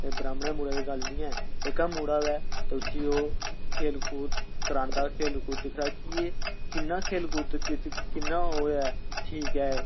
ब्राह्मनें दे मुड़े दी गल्ल नेईं ऐ जेह्का बी मुड़ा होऐ उसी ओह् खेल कूद करांदा ऐ दिखदा ऐ किन्ना ऐ खेल कूद च ठीक ऐ